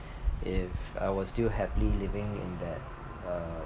if I was still happily living in that uh